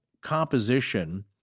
composition